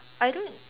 I don't